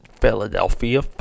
Philadelphia